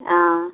आं